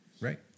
Right